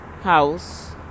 house